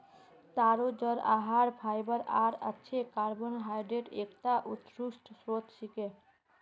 तारो जड़ आहार फाइबर आर अच्छे कार्बोहाइड्रेटक एकता उत्कृष्ट स्रोत छिके